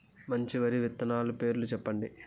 మంచి వరి విత్తనాలు పేర్లు చెప్పండి?